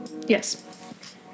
yes